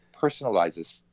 personalizes